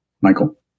Michael